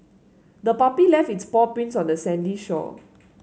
the puppy left its paw prints on the sandy shore